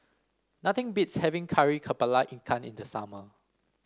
nothing beats having Kari kepala Ikan in the summer